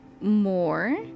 more